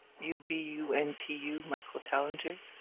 u b u n t u michael tellinger,